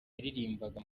yaririmbaga